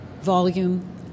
volume